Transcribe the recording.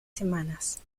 semanas